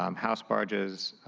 um house barges,